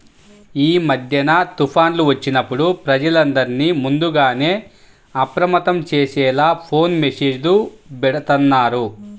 యీ మద్దెన తుఫాన్లు వచ్చినప్పుడు ప్రజలందర్నీ ముందుగానే అప్రమత్తం చేసేలా ఫోను మెస్సేజులు బెడతన్నారు